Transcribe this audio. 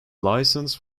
licensed